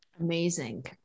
Amazing